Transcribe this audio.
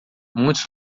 muitos